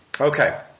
Okay